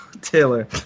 Taylor